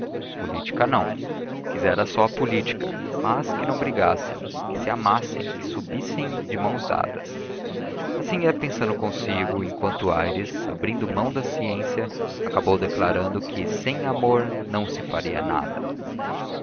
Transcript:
política não quisera só a política mas que não brigassem que se amassem que subissem de mãos dadas assim ia pensando consigo enquanto aires abrindo mão da ciência acabou declarando que sem amor não se faria nada